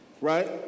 right